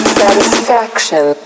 satisfaction